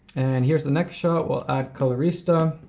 and here's the next shot. we'll add colorista.